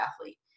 athlete